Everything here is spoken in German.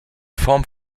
form